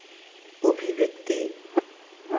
ᱚᱵᱷᱤᱵᱮᱠᱛᱤ